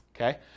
okay